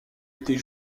été